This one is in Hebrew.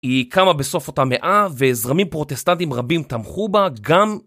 היא קמה בסוף אותה מאה, וזרמים פרוטסטנטים רבים תמכו בה, גם...